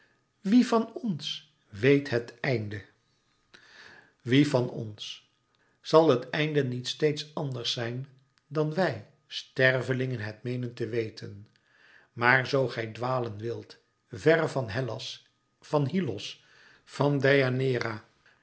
wie van ons weet het einde wie van ns zal het einde niet steeds ànders zijn dan wij stervelingen het meenen te weten maar zoo gij dwalen wilt verre van hellas van hyllos van